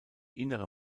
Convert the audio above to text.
innere